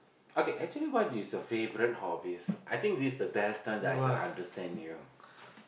okay actually what is your favourite hobbies I think this's the best time that I could understand you